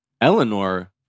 Eleanor